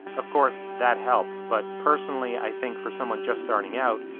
of course that helps, but personally i think for someone just starting out,